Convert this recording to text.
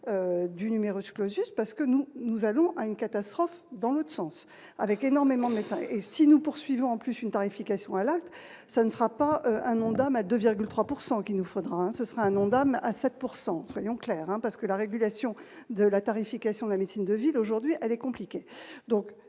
du numerus clausus parce que nous, nous allons à une catastrophe dans l'autre sens, avec énormément de médecins et si nous poursuivons en plus une tarification à l'acte, ça ne sera pas un Ondam à 2,3 pourcent qu'il nous faudra un, ce sera un Ondam à 7 pourcent soyons clairs, hein, parce que la régulation de la tarification de la médecine de ville, aujourd'hui elle est compliquée, donc